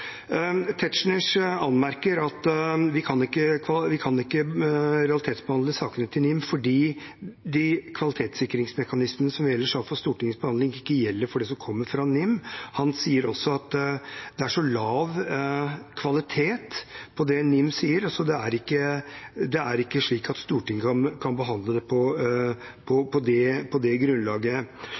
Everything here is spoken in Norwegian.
Tetzschner anmerker at vi ikke kan realitetsbehandle sakene til NIM fordi de kvalitetssikringsmekanismene som vi ellers har for Stortingets behandling, ikke gjelder for det som kommer fra NIM. Han sier også at det er så lav kvalitet på det NIM sier at Stortinget ikke kan behandle det på det grunnlaget. Derfor ønsker han ikke at vi skal realitetsbehandle det. Men det